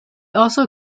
also